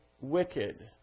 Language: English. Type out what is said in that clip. wicked